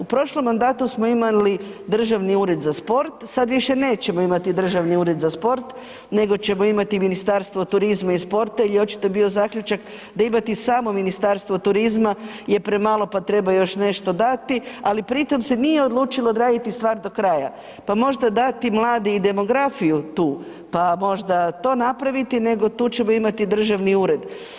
U prošlom mandatu smo imali Državni ured za sport, sad više nećemo imati Državni ured za sport nego ćemo imati Ministarstvo turizma i sporta jer je očito bio zaključak da imati samo Ministarstvo turizma je premalo pa treba još nešto dati, ali pri tom se nije odlučilo odraditi stvar do kraja pa možda dati mladi i demografiju tu, pa možda to napraviti, nego tu ćemo imati državni ured.